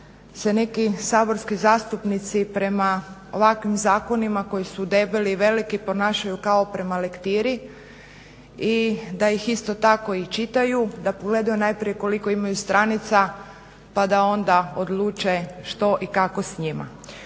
se neki saborski zastupnici prema ovakvim zakonima koji su debeli, veliki ponašaju kao prema lektiri i da ih isto tako i čitaju, da pogledaju najprije koliko imaju stranica pa da onda odluče što i kako s njima.